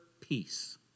peace